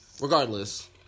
regardless